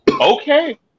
Okay